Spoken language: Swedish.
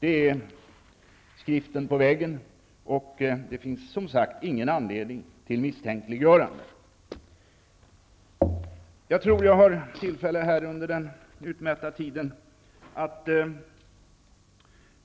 Det är skriften på väggen, och det finns ingen anledning till misstänkliggöranden. Jag har nu också under den utmätta tiden tillfälle att